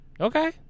Okay